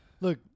Look